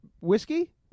whiskey